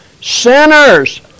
Sinners